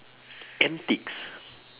antics